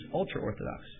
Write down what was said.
ultra-orthodox